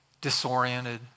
disoriented